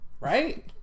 right